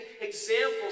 examples